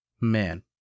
Man